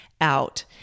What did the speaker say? out